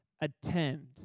attend